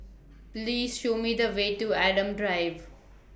Please Show Me The Way to Adam Drive